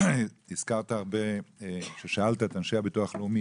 הזכרת הרבה ששאלת את אנשי הביטוח הלאומי